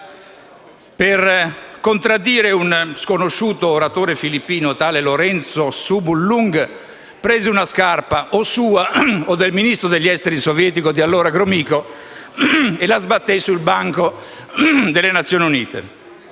per contraddire uno sconosciuto oratore filippino, tale Lorenzo Sumulong, prese una scarpa, o sua o del Ministro sovietico degli esteri di allora, Gromyko, e la sbatté sul banco delle Nazioni Unite.